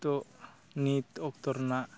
ᱛᱚ ᱱᱤᱛ ᱚᱠᱛᱚ ᱨᱮᱱᱟᱜ